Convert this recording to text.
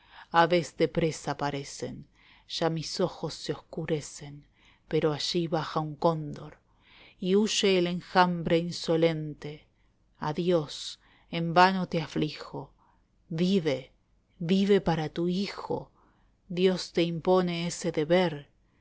su santuario aves de presa parecen ya mis ojos se oscurecen pero allí baja un cóndor v esteban echeveeeía y huye el enjambre insolente adiós en vano te aflijo vive vive para tu hijo dios te impone ese deber